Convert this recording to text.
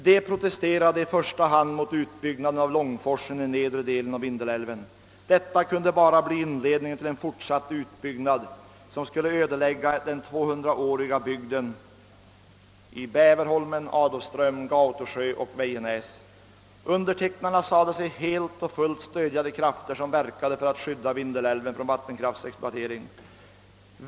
De protesterade i första hand mot utbyggnaden av Långforsen i nedre delen av Vindelälven. Detta kunde bara bli inledningen till en fortsatt utbyggnad, som skulle ödelägga den 200-åriga byg den i Bäverholmen, Adolfström, Gautosjö och Vejenäs. Undertecknarna sade sig helt och fullt stödja de krafter, som verkade för att skydda Vindelälven från vattenkraftsexploatering.